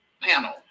panel